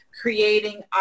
creating